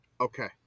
Okay